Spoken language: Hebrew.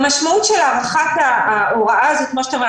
המשמעות של הארכת ההוראה הזאת כמו שאתה רואה,